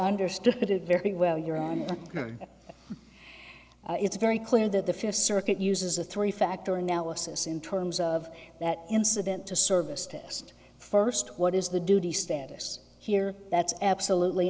understood it very well your own it's very clear that the fifth circuit uses a three factor analysis in terms of that incident to service test first what is the duty status here that's absolutely